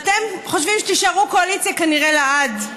ואתם כנראה חושבים שתישארו קואליציה לעד.